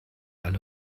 alle